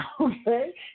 okay